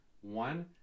one